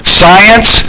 science